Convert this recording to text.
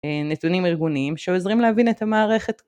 נתונים ארגוניים שעוזרים להבין את המערכת